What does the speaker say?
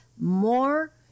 More